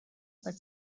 but